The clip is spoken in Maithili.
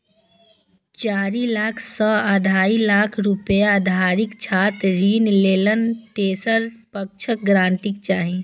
चारि लाख सं साढ़े सात लाख रुपैया धरिक छात्र ऋण लेल तेसर पक्षक गारंटी चाही